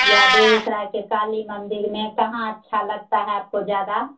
या बेगूसराय के काली मंदिर में कहाँ अच्छा लगता है आपको ज्यादा